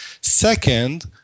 Second